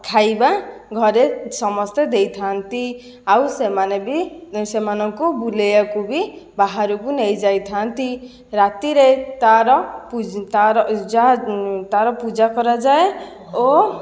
ଖାଇବା ଘରେ ସମସ୍ତେ ଦେଇଥା'ନ୍ତି ଆଉ ସେମାନେ ବି ସେମାନଙ୍କୁ ବୁଲେଇବାକୁ ବି ବାହାରକୁ ନେଇଯାଇଥା'ନ୍ତି ରାତିରେ ତା'ର ତା'ର ଯାହା ତା'ର ପୂଜା କରାଯାଏ ଓ